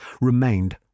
remained